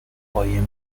قایم